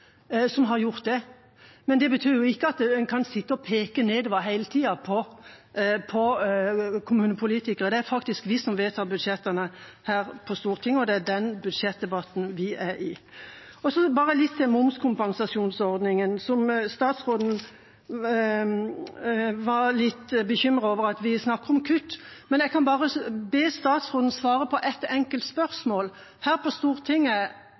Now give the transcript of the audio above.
har gjort det. Men det betyr ikke at man kan sitte og peke nedover på kommunepolitikerne hele tida. Det er faktisk vi som vedtar budsjettene her på Stortinget, og det er den budsjettdebatten vi er i. Så litt til momskompensasjonsordningen, for statsråden var litt bekymret over at vi snakket om kutt. Jeg kan bare be statsråden svare på et enkelt spørsmål – hvis hun hører etter nå. På Stortinget